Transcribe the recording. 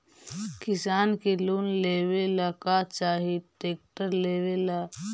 किसान के लोन लेबे ला का चाही ट्रैक्टर लेबे ला?